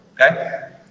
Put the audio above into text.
okay